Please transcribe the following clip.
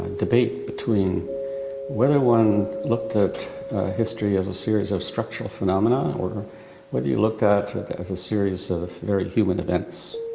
debate between whether one looked at history as a series of structural phenomena or whether you looked at it as a series of very human events.